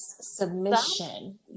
submission